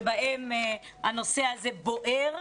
שבהם הנושא הזה בוער.